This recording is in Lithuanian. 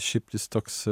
šiaip jis toks